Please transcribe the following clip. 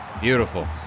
Beautiful